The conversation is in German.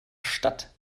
stadt